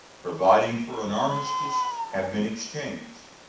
providing for an armistice, have been exchanged.